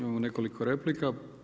Imamo nekoliko replika.